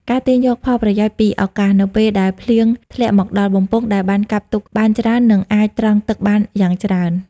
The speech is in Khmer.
ការទាញយកផលប្រយោជន៍ពីឱកាស នៅពេលដែលភ្លៀងធ្លាក់មកដល់ បំពង់ដែលបានកាប់ទុកបានច្រើននឹងអាចត្រង់ទឹកបានយ៉ាងច្រើន ។